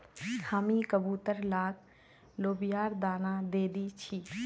हामी कबूतर लाक लोबियार दाना दे दी छि